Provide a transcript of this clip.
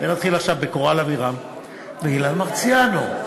ונתחיל עכשיו בקורל אבירם ואילן מרסיאנו,